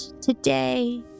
today